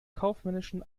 kaufmännischen